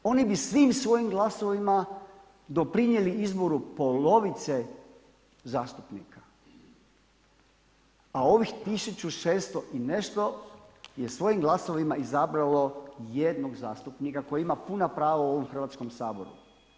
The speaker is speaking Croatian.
Oni bi svim svojim glasovima doprinijeli izboru polovice zastupnika, a ovih 1600 i nešto je svojim glasovima izabralo jednog zastupnika koji ima puna prava u ovom Hrvatskom saboru.